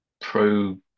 pro